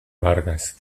vargas